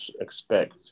expect